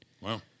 Wow